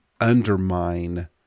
undermine